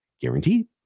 guaranteed